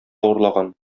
урлаган